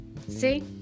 see